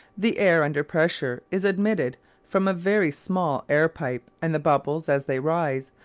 the air under pressure is admitted from a very small air pipe and the bubbles, as they rise,